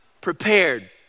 prepared